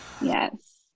Yes